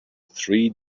three